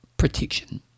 protection